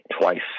twice